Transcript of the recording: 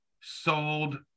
sold